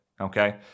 okay